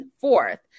fourth